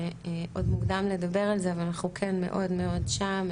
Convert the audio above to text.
שעוד מוקדם לדבר על זה אבל אנחנו כן מאוד מאוד שם,